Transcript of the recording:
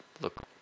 look